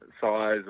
size